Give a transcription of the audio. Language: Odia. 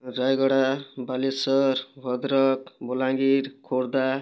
ରାୟଗଡ଼ା ବାଲେଶ୍ୱର ଭଦ୍ରକ ବଲାଙ୍ଗୀର ଖୋର୍ଦ୍ଧା